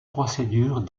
procédures